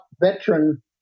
veteran